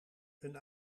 een